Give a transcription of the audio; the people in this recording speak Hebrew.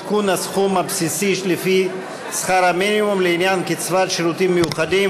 עדכון הסכום הבסיסי לפי שכר המינימום לעניין קצבת שירותים מיוחדים),